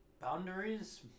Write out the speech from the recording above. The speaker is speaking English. Boundaries